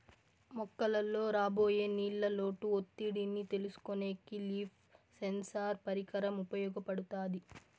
మొక్కలలో రాబోయే నీళ్ళ లోటు ఒత్తిడిని తెలుసుకొనేకి లీఫ్ సెన్సార్ పరికరం ఉపయోగపడుతాది